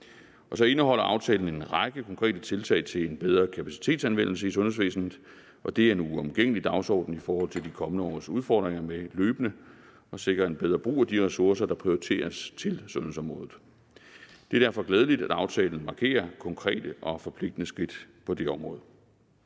Så indeholder aftalen en række konkrete tiltag til en bedre kapacitetsanvendelse i sundhedsvæsenet, og det er en uomgængelig dagsorden i forhold til de kommende års udfordringer med løbende at sikre en bedre brug af de ressourcer, der prioriteres til sundhedsområdet. Det er derfor glædeligt, at aftalen markerer konkrete og forpligtende skridt på det område.